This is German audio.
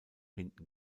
hinten